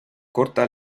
corta